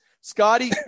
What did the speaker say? Scotty